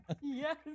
Yes